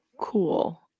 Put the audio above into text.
cool